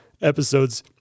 episodes